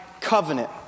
covenant